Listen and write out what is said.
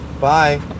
bye